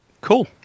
Cool